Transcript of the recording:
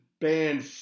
band